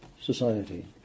society